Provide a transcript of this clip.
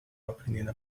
aprendendo